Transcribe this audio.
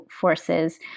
forces